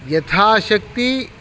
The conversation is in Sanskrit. यथाशक्ति